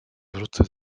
wrócę